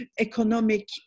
economic